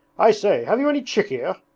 i say, have you any chikhir?